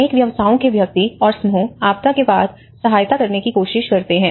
अनेक व्यवसायों के व्यक्ति और समूह आपदा के बाद सहायता करने की कोशिश करते हैं